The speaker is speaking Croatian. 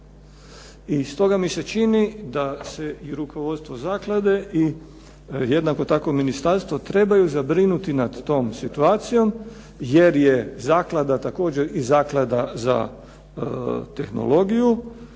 I stoga mi se čini da se i rukovodstvo zaklade i jednako tako ministarstvo trebaju zabrinuti nad tom situacijom jer je zaklada također i zaklada za tehnologiju,